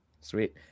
sweet